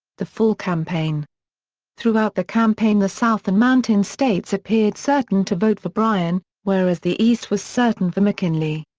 the fall campaign throughout the campaign the south and mountain states appeared certain to vote for bryan, whereas the east was certain for mckinley.